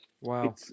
Wow